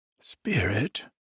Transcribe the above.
Spirit